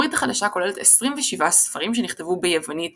הברית החדשה כוללת 27 ספרים שנכתבו ביוונית